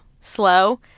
slow